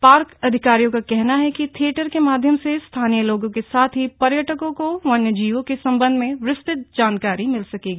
park अधिकारियों का कहना है कि थियेटर के माध्यम से स्थानीय लोगों के साथ ही पर्यटकों को वन्यजीवों के सम्बन्ध में विस्तृत जानकारी मिल सकेगी